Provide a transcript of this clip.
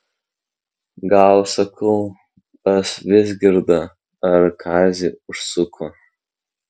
gal sakau pas vizgirdą ar kazį užsuko